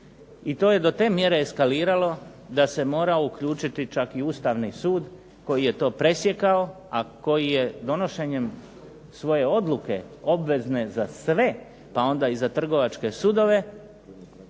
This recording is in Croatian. I to je do te mjere eskaliralo da se mora uključiti čak i Ustavni sud koji je to presjekao, a koji je donošenjem svoje odluke obvezne za sve, pa onda i za trgovačke sudove